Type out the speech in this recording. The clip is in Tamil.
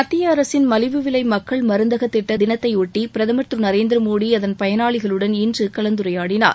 மத்திய அரசின் மலிவு விலை மக்கள் மருந்தக திட்ட தினத்தையொட்டி பிரதமர் திரு நரேந்திரமோடி அதன் பயனாளிகளுடன் இன்று கலந்துரையாடினார்